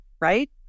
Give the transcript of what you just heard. Right